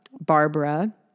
Barbara